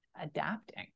adapting